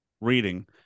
reading